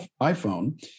iPhone